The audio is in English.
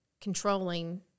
controlling